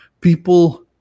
people